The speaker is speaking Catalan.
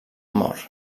mor